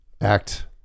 act